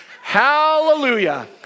Hallelujah